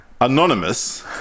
Anonymous